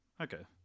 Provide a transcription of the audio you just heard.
Okay